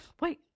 wait